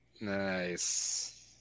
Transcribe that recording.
nice